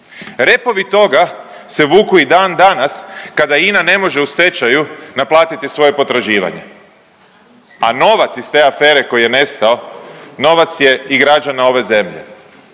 Repovi toga se vuku i dan danas kada INA ne može u stečaju naplatiti svoje potraživanje, a novac iz te afere koji je nestao, novac je i građana ove zemlje